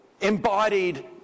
embodied